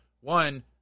one